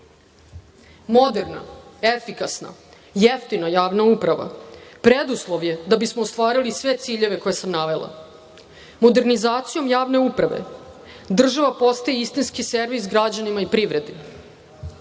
efikasna, jeftina javna uprava preduslov je da bismo ostvarili sve ciljeve koje sam navela. Modernizacijom javne uprave država postaje istinski servis građanima i privredi.